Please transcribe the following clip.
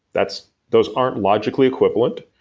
that's, those aren't logically equivalent,